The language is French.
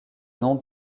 nom